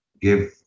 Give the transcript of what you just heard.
give